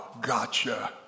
gotcha